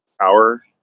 power